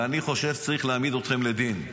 ואני חושב שצריך להעמיד אתכן לדין.